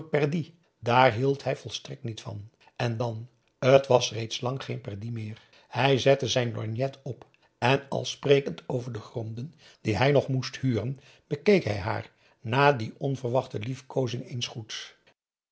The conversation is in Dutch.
daar hield hij volstrekt niet van en dan t was reeds lang geen perdrix meer hij zette zijn lorgnet op en al sprekende over de gronden die hij nog moest huren bekeek hij haar na die onverwachte liefkoozing eens